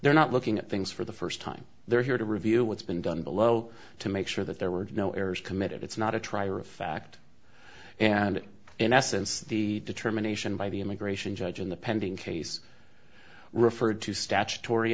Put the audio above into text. they're not looking at things for the first time they're here to review what's been done below to make sure that there were no errors committed it's not a trier of fact and in essence the determination by the immigration judge in the pending case referred to statutory